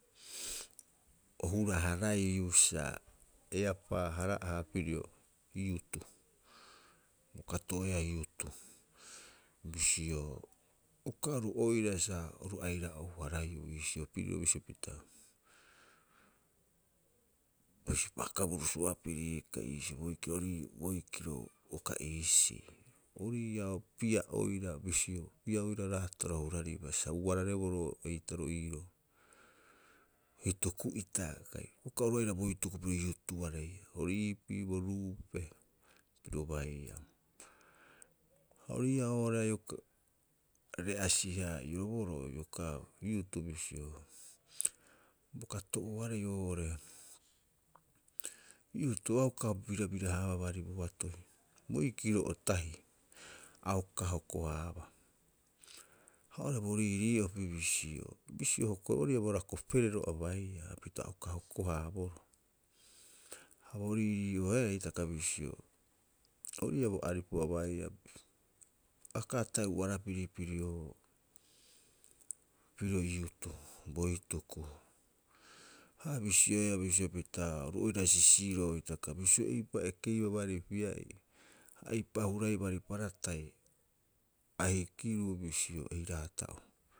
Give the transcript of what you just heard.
O hura- haraiiu sa eapaa- hara'aha pirio youth. Bo kato'oeaa youth, bisio uka oru oira sa oru aira ou- haraiiu iisio piriro bisio pita bo sipaaka burusu- harapiri kai iisio boikiro ori'ii boikiro, uka iisii. Ori ii'aa o opii'a oira bisio opii'a oira raataro huraribaa sa ubarareboo roo eitaroo iiroo, hituku'ita kai uka oru aira bo hituku piro youth areiaa, ori iipii bo ruupe piro baiia. Ha ori ii'a oo'ore are ioka re'asi- haa'ioboroo iokaa youth bisio, bo kato'ooarei oo'ore youth, a uka birabira- haabaa baari boatoi, boikiro o tahii a uka hokohaaba. Ha oo'ore bo riirii'opi bisio, bisio hokoeba bo rakoperero a baiia hapita a uka hoko- haaboroo. Ha bo riirii'ooare hitaka bisio, orii'a bo aripu a baiia. Ha uka ata'e ubarapiri pirio, piro youth bo hituku. Ha a bisioea bisio pita oru oira sisiroo hitaka, bisio eipa ekeibaa baarii pia'ii, ha eipa huraiiu baari paratai, ha hikiiu bisio eiraata'oo.